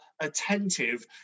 attentive